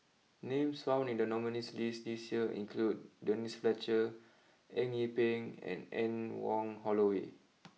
names found in the nominees list this year include Denise Fletcher Eng Yee Peng and Anne Wong Holloway